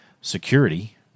security